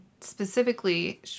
Specifically